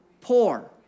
poor